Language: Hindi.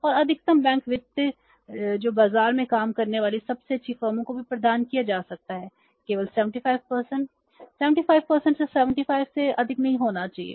और अधिकतम बैंक वित्त जो बाजार में काम करने वाली सबसे अच्छी फर्मों को भी प्रदान किया जा सकता है केवल 75 75 से 75 से अधिक नहीं होना चाहिए